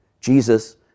Jesus